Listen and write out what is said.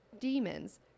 demons